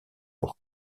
pour